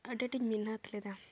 ᱟᱹᱰᱤ ᱟᱸᱴᱤᱧ ᱢᱮᱦᱱᱚᱛ ᱞᱮᱫᱟ